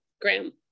Graham